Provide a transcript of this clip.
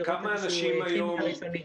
להתחיל את ההליך הראשוני.